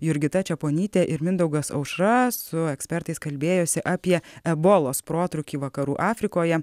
jurgita čeponytė ir mindaugas aušra su ekspertais kalbėjosi apie ebolos protrūkį vakarų afrikoje